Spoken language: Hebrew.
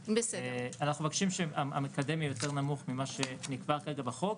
אנחנו מבקשים שהמקדם יהיה יותר נמוך ממה שנקבע בחוק,